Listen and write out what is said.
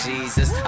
Jesus